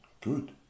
Good